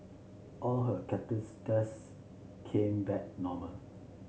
all her cardiac tests came back normal